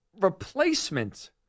replacement